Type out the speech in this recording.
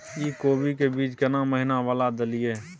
इ कोबी के बीज केना महीना वाला देलियैई?